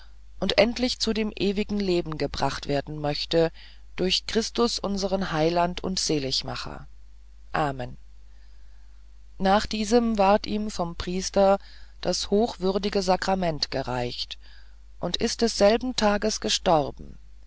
und endlich zu dem ewigen leben gebracht werden möchte durch christus unseren heiland und seligmacher amen nach diesem ward ihme vom priester das hochwürdige sakrament gereicht und ist desselben tages gestorben